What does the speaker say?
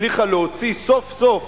הצליחה להוציא סוף-סוף